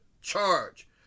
charge